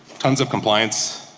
tons of compliance.